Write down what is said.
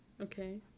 okay